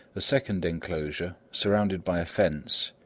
a second enclosure, surrounded by a fence,